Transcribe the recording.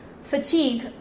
fatigue